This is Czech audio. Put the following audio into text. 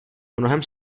mnohem